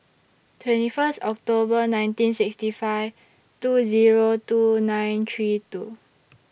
twenty First October nineteen sixty five two Zero two nine three two